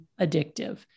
addictive